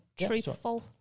truthful